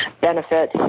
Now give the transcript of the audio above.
benefit